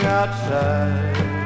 outside